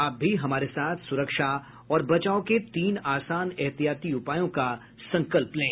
आप भी हमारे साथ सुरक्षा और बचाव के तीन आसान एहतियाती उपायों का संकल्प लें